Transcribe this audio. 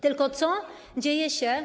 Tylko co dzieje się.